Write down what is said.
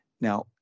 Now